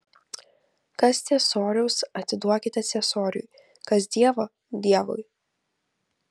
kas ciesoriaus atiduokite ciesoriui kas dievo dievui